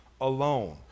alone